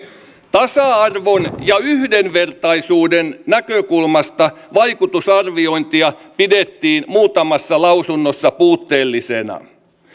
tasa arvon ja yhdenvertaisuuden näkökulmasta vaikutusarviointia pidettiin muutamassa lausunnossa puutteellisena